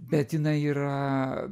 bet jinai yra